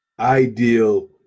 ideal